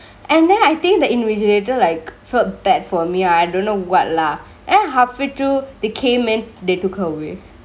and then I think the invigilator like felt bad for me ah I don't know what lah and then halfway through they came then they took her away